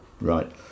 Right